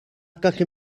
gallu